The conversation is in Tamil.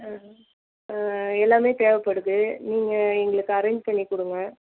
ம் எல்லாமே தேவைப்படுது நீங்கள் எங்களுக்கு அரேஞ்ச் பண்ணி கொடுங்க